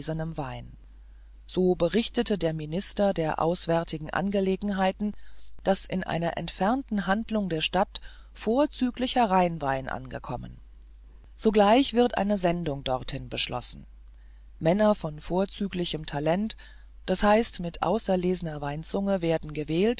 wein so berichtet der minister der auswärtigen angelegenheiten daß in einer entfernteren handlung der stadt vorzüglicher rheinwein angekommen sogleich wird eine sendung dorthin beschlossen männer von vorzüglichem talent d h mit auserlesener weinzunge werden